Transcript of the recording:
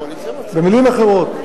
במלים אחרות,